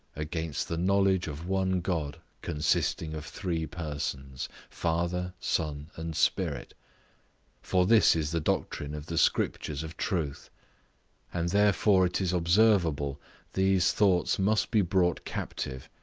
against the knowledge of one god, consisting of three persons, father, son, and spirit for this is the doctrine of the scriptures of truth and therefore it is observable these thoughts must be brought captive,